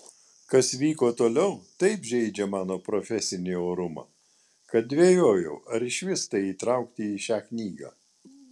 kas vyko toliau taip žeidžia mano profesinį orumą kad dvejojau ar išvis tai įtraukti į šią knygą